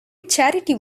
charity